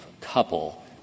couple